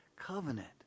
covenant